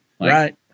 Right